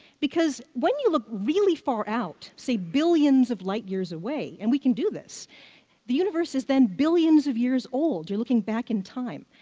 because, when you look really far-out, say billions of light years away and we can do this the universe is then billions of years old you're looking back in time.